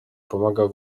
pomagał